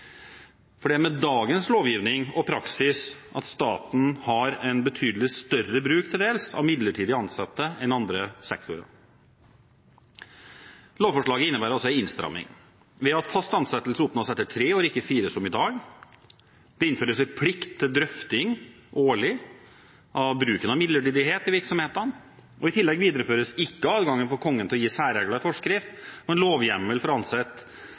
For det er med dagens lovgivning og praksis at staten har en til dels betydelig større bruk av midlertidige ansatte enn andre sektorer. Lovforslaget innebærer altså en innstramming ved at fast ansettelse oppnås etter tre år, ikke fire som i dag. Det innføres en plikt til årlig drøfting av bruken av midlertidighet i virksomhetene. I tillegg videreføres ikke adgangen for Kongen til å gi særregler i forskrift, og en lovhjemmel for